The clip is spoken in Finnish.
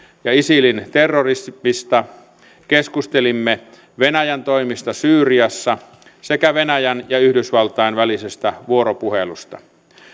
ja isilin terrorista keskustelimme venäjän toimista syyriassa sekä venäjän ja yhdysvaltain välisestä vuoropuhelusta